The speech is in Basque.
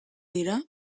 dira